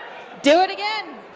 do it again!